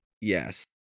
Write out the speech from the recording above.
Yes